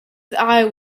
eye